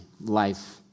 life